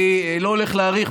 אני לא הולך להאריך.